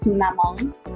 mammals